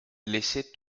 laissez